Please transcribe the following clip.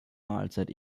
mahlzeit